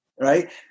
right